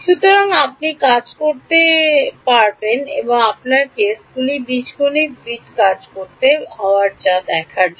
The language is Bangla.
সুতরাং আপনি কাজ করতে হবে আপনাকে কেসগুলি বীজগণিত বিট কাজ করতে হবে তা দেখার জন্য